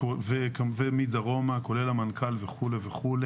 כולל המנכ"ל וכו'.